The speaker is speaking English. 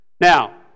Now